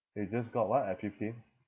you just got what at fifteen